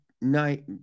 night